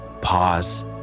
pause